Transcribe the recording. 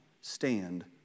stand